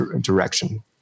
direction